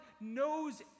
knows